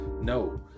no